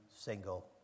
single